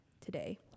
today